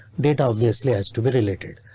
data obviously has to be related,